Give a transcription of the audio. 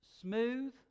smooth